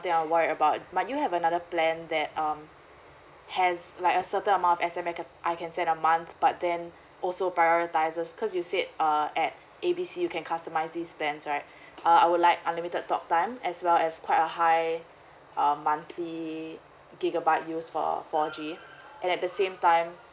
I'm worried about but you have another plan that um has like a certain amount of S_M_S I can send a month but then also prioritises because you said uh at A B C you can customise this plan right uh I would like unlimited talk time as well as quite a high uh monthly gigabyte use four four G and at the same time